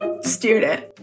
student